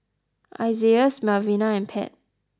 Isaias Melvina and Pat